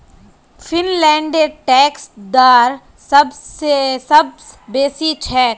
फिनलैंडेर टैक्स दर सब स बेसी छेक